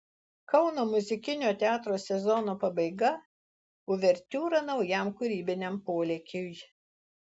kauno muzikinio teatro sezono pabaiga uvertiūra naujam kūrybiniam polėkiui